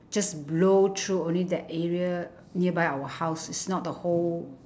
just blow through only that area nearby our house it's not the whole